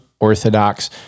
orthodox